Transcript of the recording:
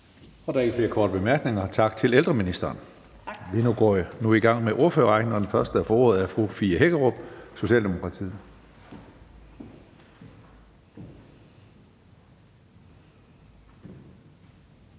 er ikke flere korte bemærkninger, så tak til ældreministeren. Vi går nu i gang med ordførerrækken, og den første, der får ordet, er fru Fie Hækkerup, Socialdemokratiet.